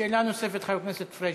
שאלה נוספת, חבר הכנסת פריג'.